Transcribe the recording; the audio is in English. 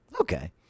Okay